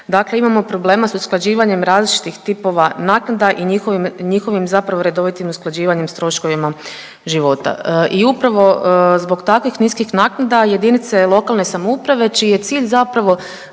dakle imamo problema s usklađivanjem različitih tipova naknada i njihovim i njihovim zapravo redovitim usklađivanjem s troškovima života. I upravo zbog takvih niskim naknada JLS čiji je cilj zapravo